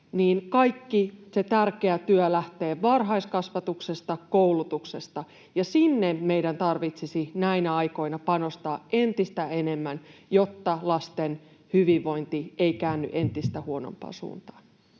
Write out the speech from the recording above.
kaikki se tärkeä työ lähtee varhaiskasvatuksesta, koulutuksesta, ja sinne meidän tarvitsisi näinä aikoina panostaa entistä enemmän, jotta lasten hyvinvointi ei käänny entistä huonompaan suuntaan.